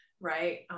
right